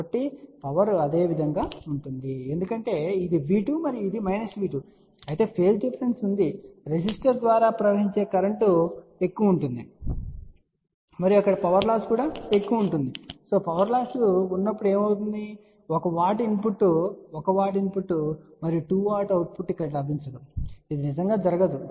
కాబట్టి పవర్ అదే విధంగా ఉంది ఎందుకంటే ఇప్పుడు ఇది V2 మరియు ఇది V2 అయితే పేజ్ డిఫరెన్స్ ఉంది రెసిస్టర్ ద్వారా ప్రవహించే కరెంట్ ఎక్కువ ఉంటుందని మీరు చూడవచ్చు మరియు అక్కడ పవర్ లాస్ ఎక్కువగా ఉంటుంది మరియు అక్కడ పవర్ లాస్ ఉన్నప్పుడు మీకు 1 W ఇన్పుట్ 1 W ఇన్పుట్ మరియు 2 W అవుట్పుట్ ఇక్కడ లభించదు ఇది నిజంగా జరగదు